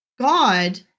god